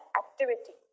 activity